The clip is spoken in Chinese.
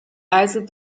来自